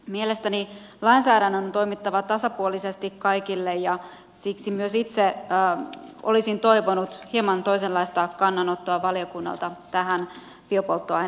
mielestäni lainsäädännön on toimittava tasapuolisesti kaikille ja siksi myös itse olisin toivonut hieman toisenlaista kannanottoa valiokunnalta tähän jo jotain